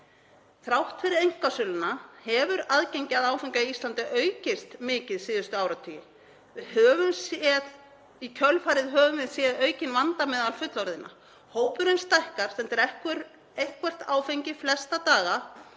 Þrátt fyrir einkasöluna hefur aðgengi að áfengi á Íslandi aukist mikið síðustu áratugi. Í kjölfarið höfum við séð aukinn vanda meðal fullorðinna. Hópurinn stækkar sem drekkur eitthvert áfengi flesta daga